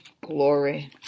glory